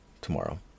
tomorrow